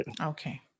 Okay